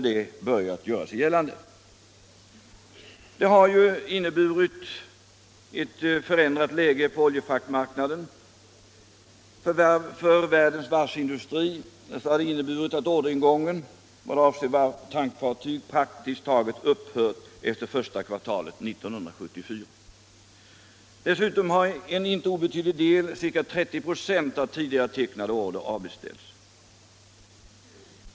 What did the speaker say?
Den upphandlingen har inneburit ett förändrat läge på oljefraktmarknaden. För världens varvsindustri har det inneburit att orderingången avseende tankfartyg praktiskt taget upphört efter första kvartalet 1974. Dessutom har en inte obetydlig del, ca 30 96, av tidigare tecknade order avbeställts.